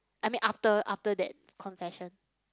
I mean after after that confession